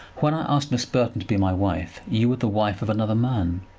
when i asked miss burton to be my wife you were the wife of another man.